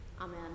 Amen